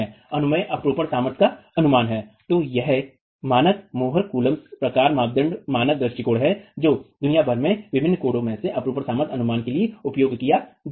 अनुमेय अपरूपण तो यह मानक मोहर कूलम्ब प्रकार मानदंड मानक दृष्टिकोण है जो दुनिया भर के विभिन्न कोडों में अपरूपण सामर्थ्य अनुमान के लिए उपयोग किया जाता है